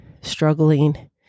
struggling